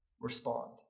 respond